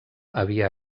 havia